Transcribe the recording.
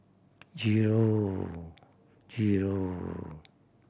zero zero